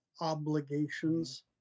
obligations